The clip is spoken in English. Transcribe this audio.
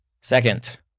Second